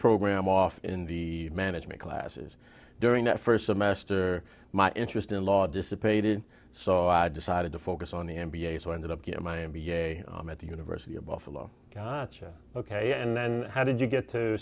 program off in the management classes during that first semester my interest in law dissipated so i decided to focus on the m b a so i ended up getting my m b a at the university of buffalo gotcha ok and then how did you get to